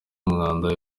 umwanda